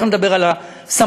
תכף נדבר על הסמכות.